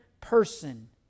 person